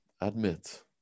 admit